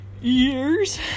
years